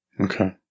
Okay